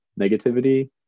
negativity